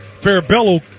Farabello